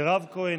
מירב כהן,